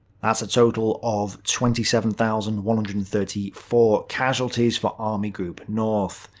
that's a total of twenty seven thousand one hundred and thirty four casualties for army group north.